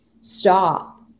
Stop